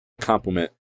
complement